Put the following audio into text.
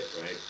right